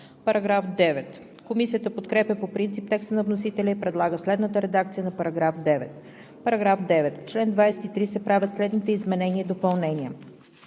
заличават.“ Комисията подкрепя по принцип текста на вносителя и предлага следната редакция на § 9: „§ 9. В чл. 23 се правят следните изменения и допълнения: